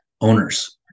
owners